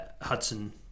Hudson